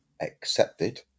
accepted